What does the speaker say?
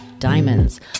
diamonds